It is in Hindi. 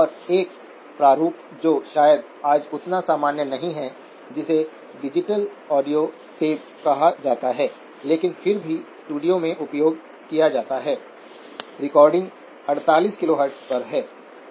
यह VDS0 पर है और यह VGS0 पर है हम कहते हैं कि VDS0 वहां है